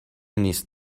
نیست